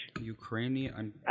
Ukrainian